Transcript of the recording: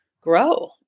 grow